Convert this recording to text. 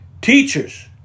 teachers